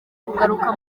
kugaruka